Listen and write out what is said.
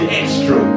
extra